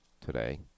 today